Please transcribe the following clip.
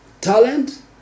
Talent